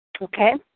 Okay